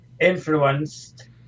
Influenced